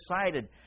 excited